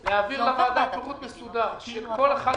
אני מבקש שמשרד האוצר יעביר לוועדה פירוט מסודר של כל 11